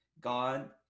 god